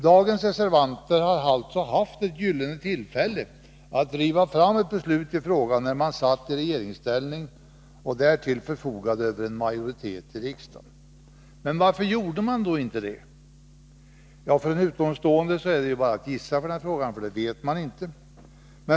Dagens reservanter har alltså haft ett gyllene tillfälle att driva fram ett beslut i frågan när de satt i regeringsställning och därtill förfogade över en majoritet i riksdagen. Varför gjorde de då inte det? En utomstående kan bara gissa på denna punkt.